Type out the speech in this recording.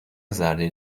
زرده